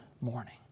morning